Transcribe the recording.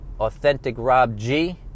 AuthenticRobG